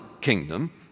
kingdom